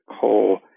coal